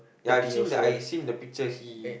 ya I've seen the I seen the picture he